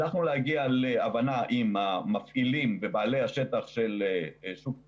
הצלחנו להגיע להבנה עם המפעילים ובעלי השטח של שוק צריפין.